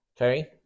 okay